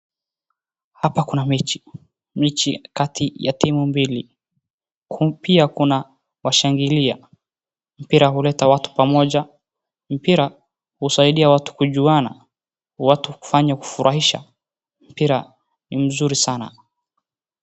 Hapa kuna mechi. Mechi kati ya timu mbili. Pia kuna washangiliaji. Mpira huleta watu pamoja. Mpira husaidia watu kujuana. Watu hufanya kufuraishwa. Mpira ni mzuri sana.